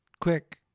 quick